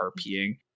RPing